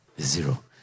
Zero